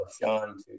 Sean